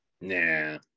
Nah